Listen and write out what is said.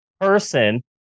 person